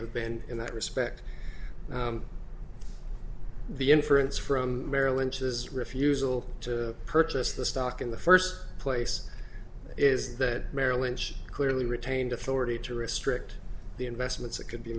have been in that respect the inference from merrill lynch's refusal to purchase the stock in the first place is that merrill lynch clearly retained authority to restrict the investments that could be